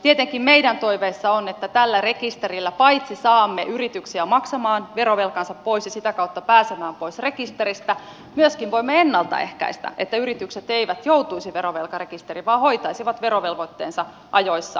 tietenkin meidän toiveissamme on että tällä rekisterillä paitsi saamme yrityksiä maksamaan verovelkaansa pois ja sitä kautta pääsemään pois rekisteristä myöskin voimme ennalta ehkäistä että yritykset eivät joutuisi verovelkarekisteriin vaan hoitaisivat verovelvoitteensa ajoissa lain mukaisesti